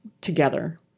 together